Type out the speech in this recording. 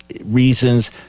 reasons